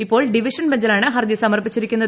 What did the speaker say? ഇപ്പോൾ ഡിവിഷൻ ബഞ്ചിലാണ് ഹർജി സമർപ്പിച്ചിരിക്കുന്നത്